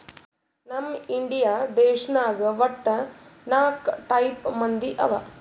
ನಮ್ ಇಂಡಿಯಾ ದೇಶನಾಗ್ ವಟ್ಟ ನಾಕ್ ಟೈಪ್ ಬಂದಿ ಅವಾ